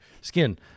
skin